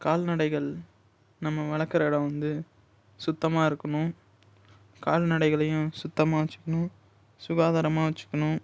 கால்நடைகள் நம்ம வளர்க்குற இடம் வந்து சுத்தமாக இருக்கணும் கால்நடைகளையும் சுத்தமாக வச்சுக்கணும் சுகாதாரமாக வச்சுக்கணும்